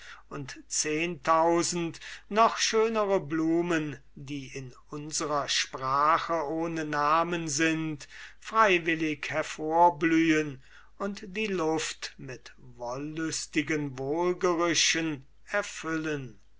und zehen tausenden noch schönern blumen die in unsrer sprache ohne namen sind freiwillig hervorblühn und die luft mit wollüstigen wohlgerüchen erfüllen